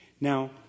Now